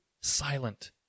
silent